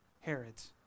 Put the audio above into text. Herods